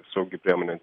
saugi priemonė